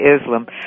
Islam